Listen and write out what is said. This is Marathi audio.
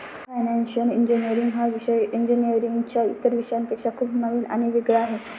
फायनान्शिअल इंजिनीअरिंग हा विषय इंजिनीअरिंगच्या इतर विषयांपेक्षा खूप नवीन आणि वेगळा आहे